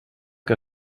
que